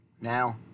Now